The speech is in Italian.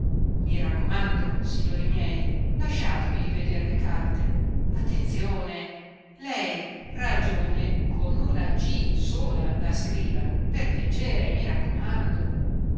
i raccomando signori miei lasciatemi riveder le carte attenzione lei ragione con una g sola la scriva per piacere mi raccomando